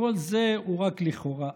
וכל זה הוא רק לכאורה.